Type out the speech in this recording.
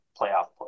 playoff